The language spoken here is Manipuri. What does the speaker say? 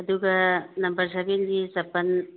ꯑꯗꯨꯒ ꯅꯝꯕꯔ ꯁꯕꯦꯟꯒꯤ ꯆꯄꯜ